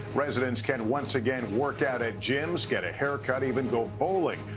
residents can once again workout at gyms, get a haircut, even go bowling.